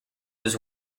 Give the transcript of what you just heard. was